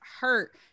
hurt